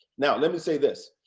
now let me say this.